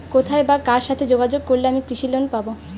কোথায় বা কার সাথে যোগাযোগ করলে আমি কৃষি লোন পাব?